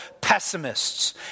pessimists